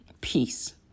peace